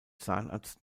zahnarzt